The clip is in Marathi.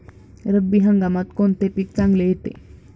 रब्बी हंगामात कोणते पीक चांगले येते?